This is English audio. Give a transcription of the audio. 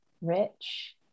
rich